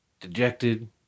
dejected